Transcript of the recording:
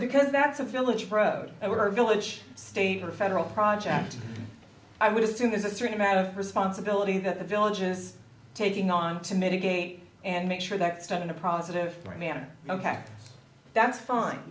because that's a village brode they were village state or federal project i would assume there's a certain amount of responsibility that the village is taking on to mitigate and make sure that stuff in a positive manner ok that's fine